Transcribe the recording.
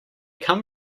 come